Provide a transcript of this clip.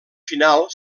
final